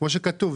כמו שכתוב,